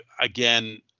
again